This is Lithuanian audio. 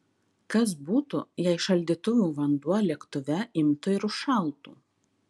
kas būtų jei šaldytuvų vanduo lėktuve imtų ir užšaltų